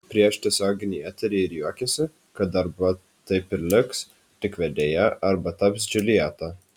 prieš tiesioginį eterį ji juokėsi kad arba taip ir liks tik vedėja arba taps džiuljeta